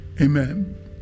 Amen